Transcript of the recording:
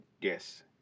yes